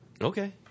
Okay